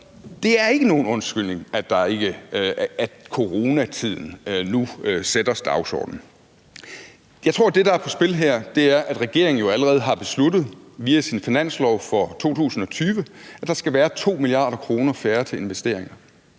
det er ikke nogen undskyldning, at coronatiden nu sætter dagsordenen. Jeg tror, at det, der er på spil her, er, at regeringen jo allerede har besluttet via sin finanslov for 2020, at der skal være 2 mia. kr. færre til investeringer,